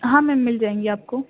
ہاں میم مل جائیں گی آپ کو